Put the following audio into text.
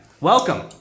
Welcome